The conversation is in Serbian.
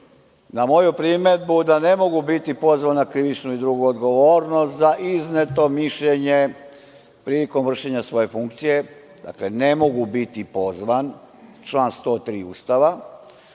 na moju primedbu da ne mogu biti pozvan na krivičnu i drugu odgovornost za izneto mišljenje prilikom vršenja svoje funkcije, dakle, ne mogu biti pozvan, član 103. Ustava